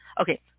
okay